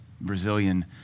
Brazilian